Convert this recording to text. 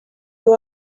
you